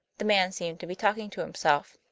the man seemed to be talking to himself.